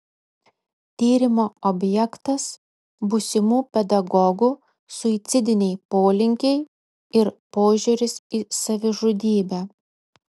tyrimo objektas būsimų pedagogų suicidiniai polinkiai ir požiūris į savižudybę